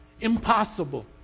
Impossible